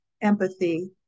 empathy